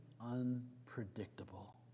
unpredictable